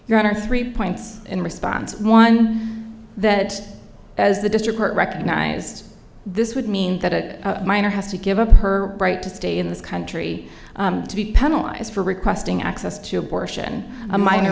your honor three points in response one that as the district court recognized this would mean that a minor has to give up her right to stay in this country to be penalize for requesting access to abortion a minor